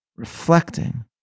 reflecting